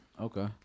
Okay